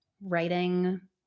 writing